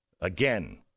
again